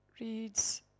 reads